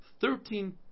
Thirteen